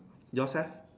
yours eh